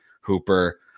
Hooper